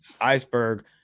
Iceberg